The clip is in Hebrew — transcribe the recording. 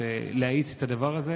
להאיץ את הדבר הזה.